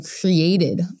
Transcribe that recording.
created